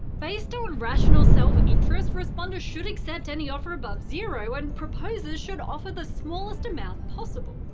based on rational self-interest, responders should accept any offer above zero and proposers should offer the smallest amount possible.